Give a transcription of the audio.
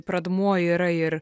pradmuo yra ir